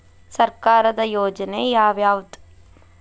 ಸರ್ಕಾರದ ಯೋಜನೆ ಯಾವ್ ಯಾವ್ದ್?